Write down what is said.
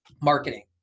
marketing